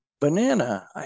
banana